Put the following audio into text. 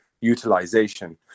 utilization